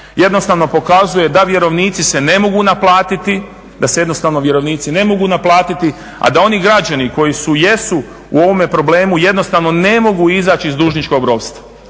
jednostavno vjerovnici ne mogu naplatiti a da oni građani koji jesu u ovome problemu jednostavno ne mogu izaći iz dužničkog ropstva,